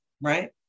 right